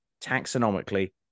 taxonomically